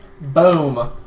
Boom